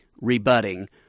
rebutting